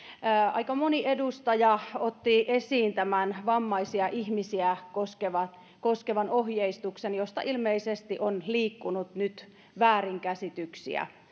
aika moni edustaja otti esiin tämän vammaisia ihmisiä koskevan ohjeistuksen josta ilmeisesti on liikkunut nyt väärinkäsityksiä